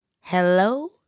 Hello